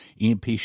EMP